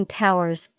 powers